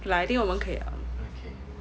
like I think 我们可以 liao